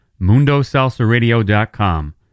Mundosalsaradio.com